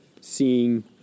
seeing